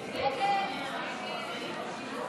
ההצעה שלא לכלול את הנושא